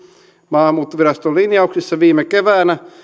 maahanmuuttoviraston linjauksissa viime keväänä